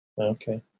okay